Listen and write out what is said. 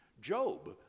Job